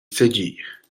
segir